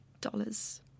dollars